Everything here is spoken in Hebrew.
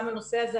הנושא הזה,